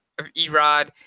Erod